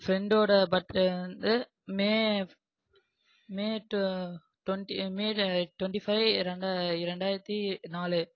ஃப்ரெண்டோடய birthday வந்து May May டொ twenty May twenty five ரெண்டா இரண்டாயிரத்தி நாலு